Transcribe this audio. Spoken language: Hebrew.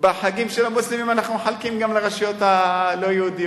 בחגים של המוסלמים אנחנו מחלקים גם לרשויות הלא-יהודיות.